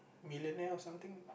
millionaire or something